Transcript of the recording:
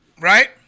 right